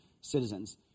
citizens